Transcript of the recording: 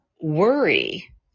worry